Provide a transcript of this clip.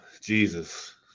Jesus